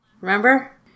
remember